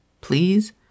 Please